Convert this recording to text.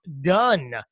done